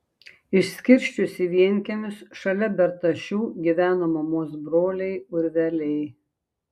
išskirsčius į vienkiemius šalia bertašių gyveno mamos broliai urveliai